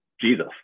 Jesus